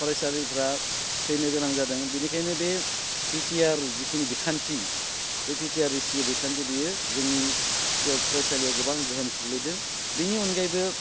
फरायसालिफ्रा थैनो गोनां जादों बिनिखायनो बे पिटिआर जिखिनि बिखान्थि बे पिटिआर रेसिय' बिखान्थि बियो जोंनि फरायसालियाव गोबां गोहोम खोख्लैदों बिनि अनगायैबो